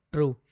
True